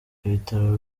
ibitaro